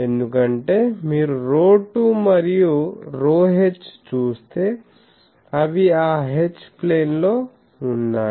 ఎందుకంటే మీరు ρ2 మరియు ρh చూస్తే అవి ఆ H ప్లేన్ లో ఉన్నాయి